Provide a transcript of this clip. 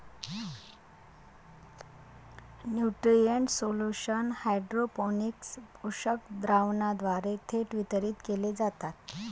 nutrient solution hydroponics पोषक द्रावणाद्वारे थेट वितरित केले जातात